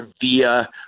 via